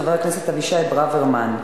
חבר הכנסת אבישי ברוורמן,